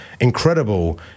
incredible